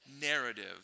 narrative